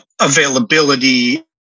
availability